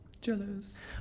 Jealous